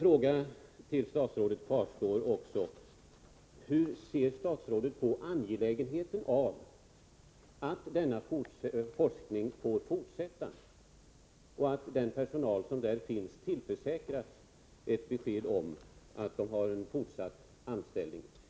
Frågan till statsrådet kvarstår: Hur ser statsrådet på angelägenheten av att denna forskning får fortsätta och att den personal som finns tillförsäkras ett besked om fortsatt anställning?